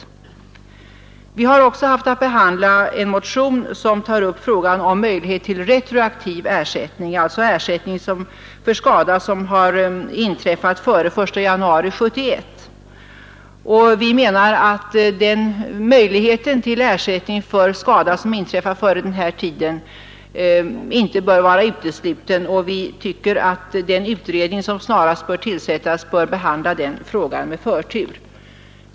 Utskottet har också haft att behandla en motion som tar upp frågan om möjlighet till retroaktiv ersättning, dvs. ersättning för skada som har inträffat före den 1 januari 1971. Vi reservanter anser att möjligheten till ersättning för skada som inträffat före denna tidpunkt inte bör vara utesluten, och vi tycker att den utredning som snarast bör tillsättas skall behandla den frågan med förtur.